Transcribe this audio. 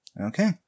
okay